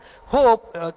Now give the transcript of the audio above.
Hope